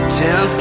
ten